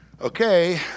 Okay